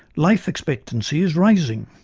life expectancy is rising,